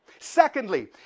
Secondly